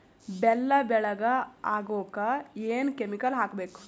ಬೆಲ್ಲ ಬೆಳಗ ಆಗೋಕ ಏನ್ ಕೆಮಿಕಲ್ ಹಾಕ್ಬೇಕು?